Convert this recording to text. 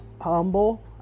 humble